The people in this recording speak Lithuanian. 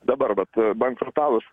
dabar vat bankrutavus